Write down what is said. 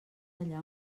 allà